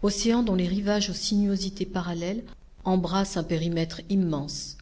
océan dont les rivages aux sinuosités parallèles embrassent un périmètre immense